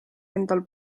endal